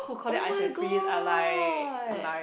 oh-my-god